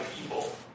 people